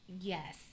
yes